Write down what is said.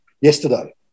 yesterday